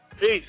Peace